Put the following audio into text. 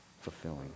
fulfilling